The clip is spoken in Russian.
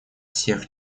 всех